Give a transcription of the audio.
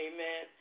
Amen